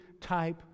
type